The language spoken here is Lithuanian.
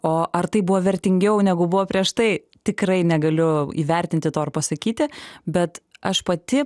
o ar tai buvo vertingiau negu buvo prieš tai tikrai negaliu įvertinti to ar pasakyti bet aš pati